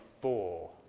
four